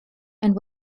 and